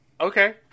okay